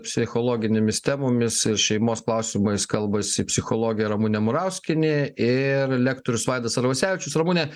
psichologinėmis temomis ir šeimos klausimais kalbasi psichologė ramunė murauskienė ir lektorius vaidas arvasevičius ramune